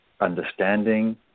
understanding